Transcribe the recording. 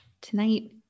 tonight